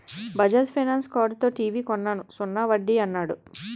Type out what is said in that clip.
Bajaj finance కార్డుతో TV కొన్నాను సున్నా వడ్డీ యన్నాడు